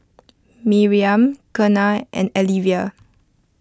Miriam Kenna and Alyvia